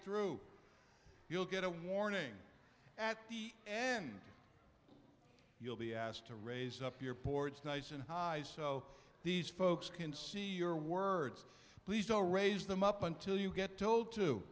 through you'll get a warning at the end you'll be asked to raise up your boards nice and high so these folks can see your words please all raise them up until you get told to